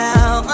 Now